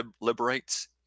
liberates